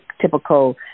typical